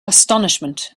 astonishment